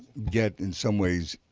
get in some ways,